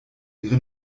ihre